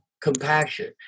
compassion